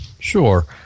Sure